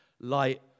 light